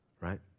right